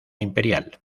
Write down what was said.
imperial